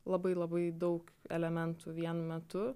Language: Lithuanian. labai labai daug elementų vienu metu